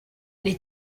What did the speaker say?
les